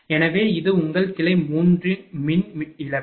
எனவே இது உங்கள் கிளை 3 மின் இழப்பு